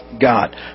God